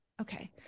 Okay